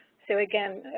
so again,